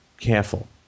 careful